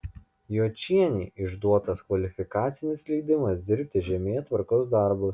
juočienei išduotas kvalifikacinis leidimas dirbti žemėtvarkos darbus